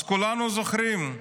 אז כולנו זוכרים,